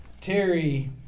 Terry